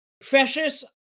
Precious